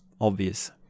obvious